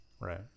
right